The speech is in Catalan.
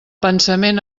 pensament